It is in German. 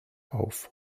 auf